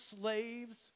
slaves